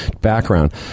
background